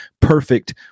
perfect